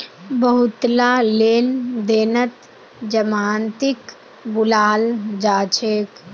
बहुतला लेन देनत जमानतीक बुलाल जा छेक